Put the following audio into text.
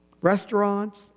Restaurants